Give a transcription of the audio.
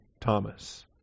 Thomas